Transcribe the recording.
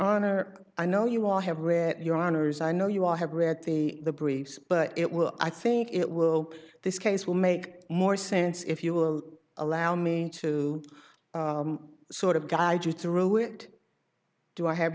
honor i know you all have read your honors i know you all have read the briefs but it will i think it will this case will make more sense if you will allow me to sort of guide you through it do i have